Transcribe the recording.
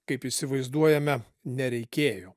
kaip įsivaizduojame nereikėjo